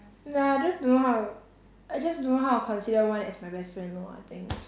ya I just don't know how to I just don't know how to consider one as my best friend lor I think